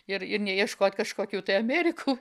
ir ir neieškot kažkokių tai amerikų